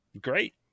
great